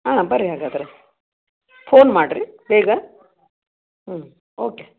ಹಾಂ ಬರ್ರಿ ಹಾಗಾದರೆ ಫೋನ್ ಮಾಡಿರಿ ಬೇಗ ಹ್ಞೂ ಓಕೆ